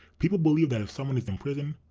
people believe that if someone is in prison,